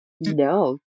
No